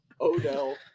Odell